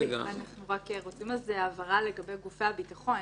אנחנו רוצים איזו שהיא הבהרה לגבי גופי הביטחון.